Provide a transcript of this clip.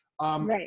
Right